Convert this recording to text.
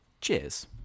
Cheers